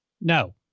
No